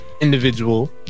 Individual